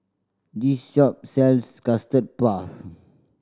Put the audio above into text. this shop sells Custard Puff